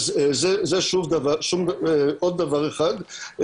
אז זה עוד דבר אחד.